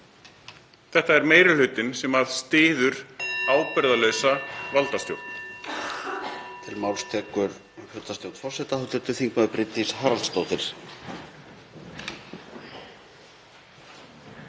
Þetta er meiri hlutinn sem styður ábyrgðarlausa valdastjórn.